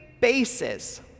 bases